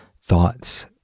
thoughts